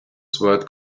sword